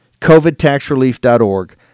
COVIDTaxRelief.org